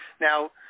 Now